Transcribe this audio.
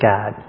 God